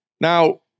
Now